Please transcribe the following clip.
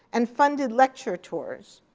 and funded lecture tours.